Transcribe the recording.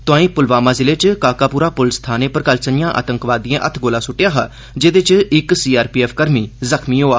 तोआई पुलवामा जिले च काकापुरा पुलस थाने पर कल संजा आतंकवादिए हत्थगोला सुट्टेआ हा जेहदे च इक सीआरपीएफ कर्मी जख्मी होआ